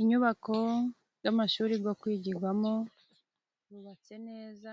Inyubako y'amashuri yo kwigiramo, yubatse neza,